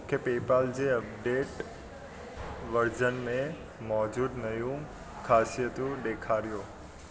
मूंखे पेपाल जे update version में मौजूदु नयूं ख़ासियतूं ॾेखारियो